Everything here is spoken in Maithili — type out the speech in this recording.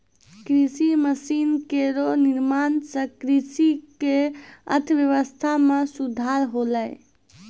कृषि मसीन केरो निर्माण सें कृषि क अर्थव्यवस्था म सुधार होलै